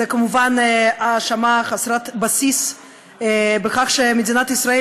זו כמובן האשמה חסרת בסיס שמדינת ישראל